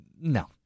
No